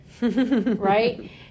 right